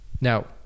Now